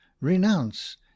renounce